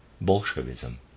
Bolshevism